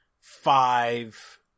five